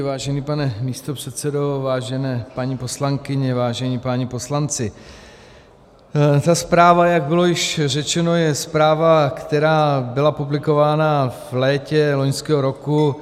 Vážený pane místopředsedo, vážené paní poslankyně, vážení páni poslanci, ta zpráva, jak bylo již řečeno, je zpráva, která byla publikována v létě loňského roku.